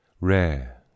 Rare